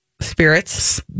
spirits